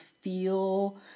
feel